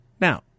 Now